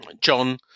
John